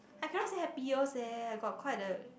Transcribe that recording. I cannot say happiest eh I got quite a